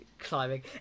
Climbing